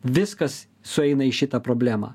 viskas sueina į šitą problemą